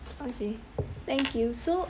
okay thank you so